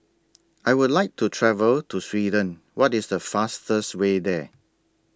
I Would like to travel to Sweden What IS The fastest Way There